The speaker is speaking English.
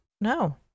no